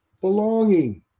belonging